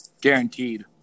Guaranteed